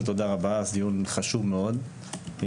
דיון חשוב מאוד.